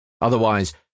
Otherwise